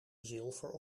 zilver